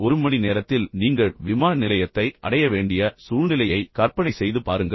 ஒரு மணி நேரத்தில் நீங்கள் விமான நிலையத்தை அடைய வேண்டிய சூழ்நிலையை கற்பனை செய்து பாருங்கள்